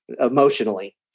emotionally